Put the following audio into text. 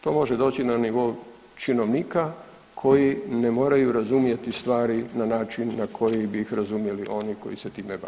To može doći na nivo činovnika koji ne moraju razumjeti stvari na način na koji bi ih razumjeli oni koji se time bave.